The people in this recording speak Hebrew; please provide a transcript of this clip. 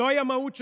זוהי המהות שלכם: